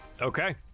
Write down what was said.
Okay